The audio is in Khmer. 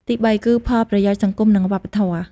ទីបី គឺផលប្រយោជន៍សង្គមនិងវប្បធម៌។